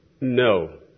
No